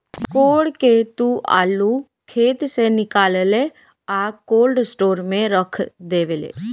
code के तू आलू खेत से निकालेलऽ आ कोल्ड स्टोर में रख डेवेलऽ